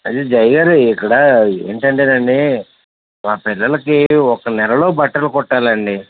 అది విజయ్ గారు ఇక్కడ ఏంటంటే అండి మా పిల్లలకు ఒక్క నెలలో బట్టలు కుట్టాలి అండి